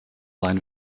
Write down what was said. sein